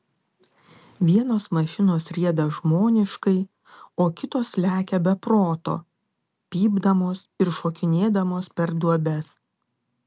vienos mašinos rieda žmoniškai o kitos lekia be proto pypdamos ir šokinėdamos per duobes